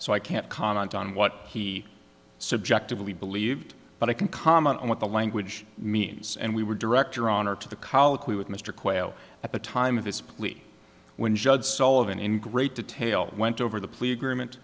so i can't comment on what he subjectively believed but i can comment on what the language means and we were director on or to the colloquy with mr quayle at the time of his plea when judge sullivan in great detail went over the plea agreement